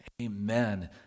Amen